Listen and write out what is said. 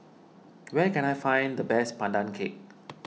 where can I find the best Pandan Cake